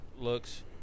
looks